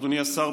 אדוני השר,